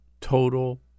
Total